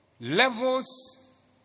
levels